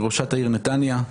ראשת העיר נתניה,